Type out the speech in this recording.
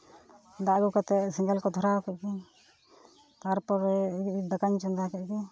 ᱫᱟᱜ ᱟᱹᱜᱩ ᱠᱟᱛᱮ ᱥᱮᱸᱜᱮᱞ ᱠᱚ ᱫᱷᱚᱨᱟᱣ ᱠᱮᱫ ᱜᱤᱧ ᱛᱟᱨᱯᱚᱨᱮ ᱫᱟᱠᱟᱧ ᱪᱚᱸᱫᱟ ᱠᱮᱫ ᱜᱮ